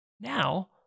Now